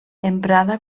emprada